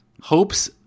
hope's